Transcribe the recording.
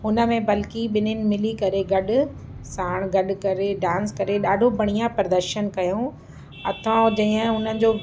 हुन में बल्कि ॿिन्हिनि मिली करे गॾु साण गॾु करे डांस करे ॾाढो बढ़िया प्रदर्शन कयो अथऊं जंहिं उन्हनि जो